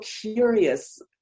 curious